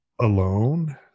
alone